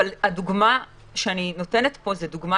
אבל הדוגמה שאני נותנת פה זו דוגמא